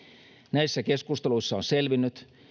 näissä keskusteluissa on selvinnyt